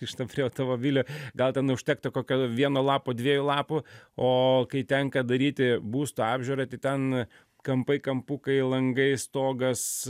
gržtant prie automobilio gal ten užtektų kokio vieno lapo dviejų lapų o kai tenka daryti būsto apžiūrą tai ten kampai kampukai langai stogas